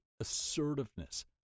assertiveness